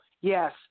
Yes